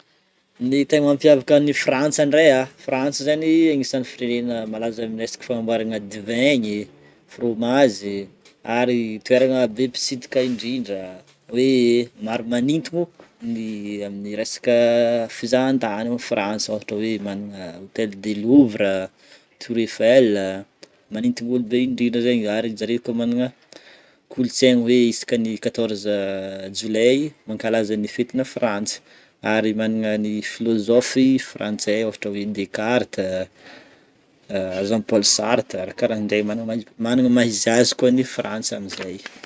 Ny tegna mampiavaka ny Frantsa ndray a, Frantsa zegny agnisan'ny firenena malaza amin'ny resaka fanamboaragna divaigny, fromazy ary toeragna be mpitsidika indrindra hoe maro magnintogno ny amin'ny resaka fizahan-tany ao Fransa ohatra hoe magnana hôtel de Louvre a, Tour Eiffel a magnintogn'olo be indrindra zegny. Ary zareo koa magnana kolontsainy hoe isaka ny quatorze jolay mankalaza ny fetina Frantsa ary magnana ny filôzôfy frantsay ohatra hoe Descartes, Jean Paul Charte a raha karahan'jay magnana maha izy magnana ny maha izy azy koa ny Frantsa amin'izay.